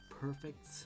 perfect